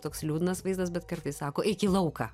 toks liūdnas vaizdas bet kartais sako eik į lauką